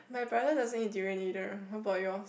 my brother doesn't eat during either how about yours